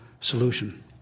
solution